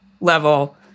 level